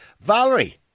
Valerie